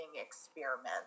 experiment